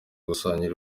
gusangira